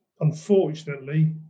unfortunately